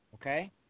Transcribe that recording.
Okay